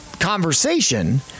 conversation